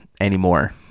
anymore